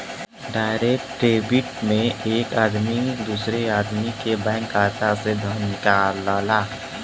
direct debit में एक आदमी दूसरे आदमी के बैंक खाता से धन निकालला